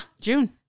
June